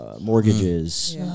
Mortgages